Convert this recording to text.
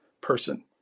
person